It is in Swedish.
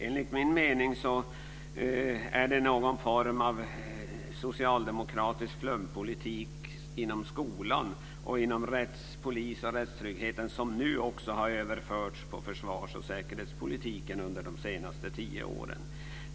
Enligt min mening är det någon form av socialdemokratisk flumpolitik inom skolan och inom polisområdet och rättstrygghetens område som nu också har överförts till försvars och säkerhetspolitiken under de senaste tio åren.